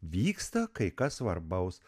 vyksta kai kas svarbaus